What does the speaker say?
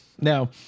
now